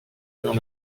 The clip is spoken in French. dans